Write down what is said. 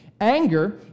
anger